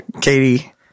Katie